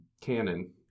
canon